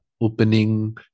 opening